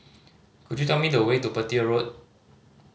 could you tell me the way to Petir Road